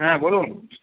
হ্যাঁ বলুন